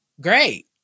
great